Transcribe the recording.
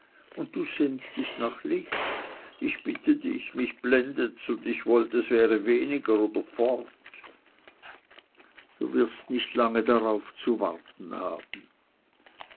und du sehnst dich nach licht ich bitte dich mich blendet's und ich wollt es wäre weniger oder wäre fort du wirst nicht lange darauf zu warten haben